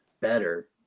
better